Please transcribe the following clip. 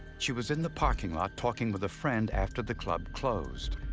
she was in the parking lot talking with a friend after the club closed,